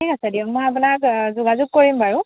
ঠিক আছে দিয়ক মই আপোনাক যোগাযোগ কৰিম বাৰু